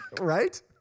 Right